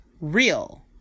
real